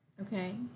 Okay